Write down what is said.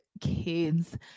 kids